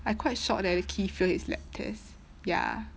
I quite shock that kee fail his lab test ya